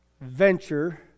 venture